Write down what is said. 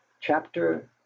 Chapter